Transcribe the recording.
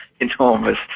enormous